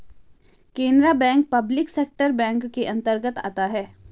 Canara bank public sector bank के अंतर्गत आता है